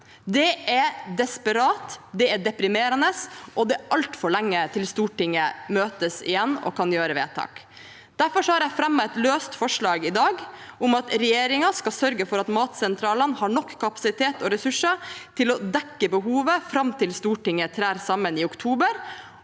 Det er desperat, det er deprimerende, og det er altfor lenge til Stortinget møtes igjen og kan gjøre vedtak. Derfor har jeg i dag fremmet et løst forslag om at regjeringen skal «sørge for at matsentralene har nok kapasitet og ressurser til å dekke behovet frem til Stortinget trer sammen i oktober,